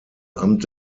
amt